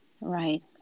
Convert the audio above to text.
Right